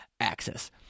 access